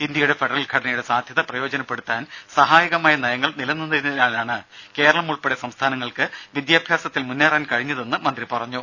ഇന്ത്യയുടെ ഫെഡറൽ ഘടനയുടെ സാധ്യത പ്രയോജനപ്പെടുത്താൻ സഹായകമായ നയങ്ങൾ നിലനിന്നതിനാലാണ് കേരളം ഉൾപ്പെടെ സംസ്ഥാനങ്ങൾക്ക് വിദ്യാഭ്യാസത്തിൽ മുന്നേറാൻ കഴിഞ്ഞതെന്ന് മന്ത്രി പറഞ്ഞു